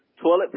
Toilet